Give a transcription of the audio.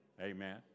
Amen